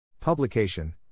Publication